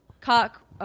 Cock